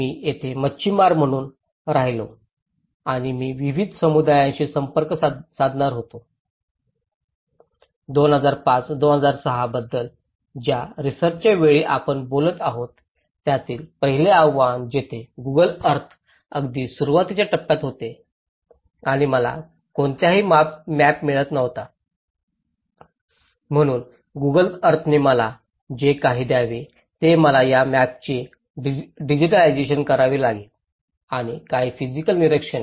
मी तिथे मच्छीमार म्हणून राहायचो आणि मी विविध समुदायांशी संवाद साधणार होतो 2005 2006 बद्दल ज्या रिसर्चच्या वेळी आपण बोलत आहोत त्यातील पहिले आव्हान जिथे गुगल अर्थ अगदी सुरुवातीच्या टप्प्यात होते आणि मला कोणताही मॅप मिळत नव्हता म्हणून गुगल अर्थने मला जे काही द्यावे ते मला या मॅपचे डिजिटायझेशन करावे लागेल आणि काही फिजिकल निरीक्षणे